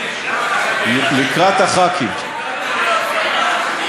לקראת חברי הכנסת.